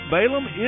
Balaam